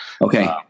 Okay